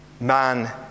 man